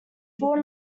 four